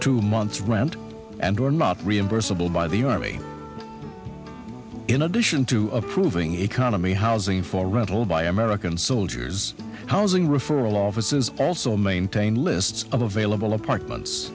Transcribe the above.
two months rent and or not reimbursable by the army in addition to approving economy housing for rental by american soldiers housing referral offices also maintain lists of available apartments